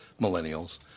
millennials